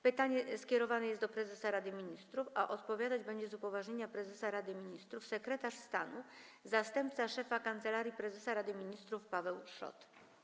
Pytanie skierowane jest do prezesa Rady Ministrów, a odpowiadać będzie, z upoważnienia prezesa Rady Ministrów, sekretarz stanu, zastępca szefa Kancelarii Prezesa Rady Ministrów Paweł Szrot.